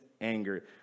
anger